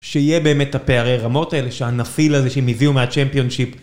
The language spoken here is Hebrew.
שיהיה באמת את הפערי הרמות האלה, שהנפיל הזה שהם הביאו מהצ'מפיונשיפ.